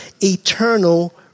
eternal